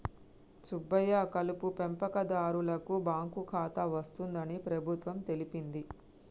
సుబ్బయ్య కలుపు పెంపకందారులకు బాంకు ఖాతా వస్తుందని ప్రభుత్వం తెలిపింది